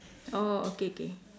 oh okay okay